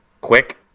Quick